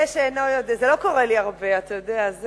זה לא קורה לי הרבה, אתה יודע.